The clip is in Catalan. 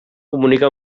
comunica